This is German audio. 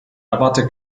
erwarte